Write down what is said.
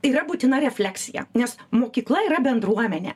yra būtina refleksija nes mokykla yra bendruomenė